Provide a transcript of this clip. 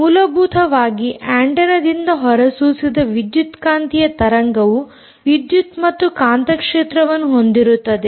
ಮೂಲಭೂತವಾಗಿ ಆಂಟೆನ್ನದಿಂದ ಹೊರಸೂಸಿದ ವಿದ್ಯುತ್ ಕಾಂತೀಯ ತರಂಗವು ವಿದ್ಯುತ್ ಮತ್ತು ಕಾಂತ ಕ್ಷೇತ್ರವನ್ನು ಹೊಂದಿರುತ್ತದೆ